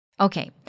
Okay